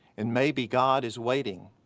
and maybe god is waiting.